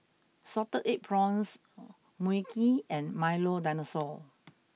Salted Egg Prawns Mui Kee and Milo Dinosaur